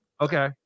Okay